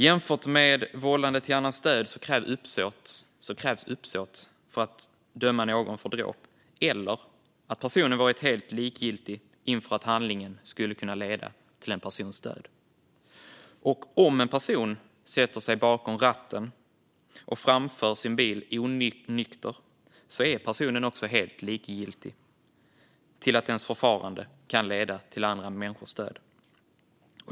Jämfört med vållande till annans död krävs uppsåt eller att personen varit helt likgiltig inför att handlingen skulle kunna leda till en persons död för att någon ska dömas för dråp. Om en person sätter sig bakom ratten och framför sin bil onykter är personen också helt likgiltig till att förfarandet kan leda till andra människors död.